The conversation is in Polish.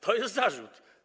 To jest zarzut?